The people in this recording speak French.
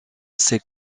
ses